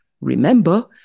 remember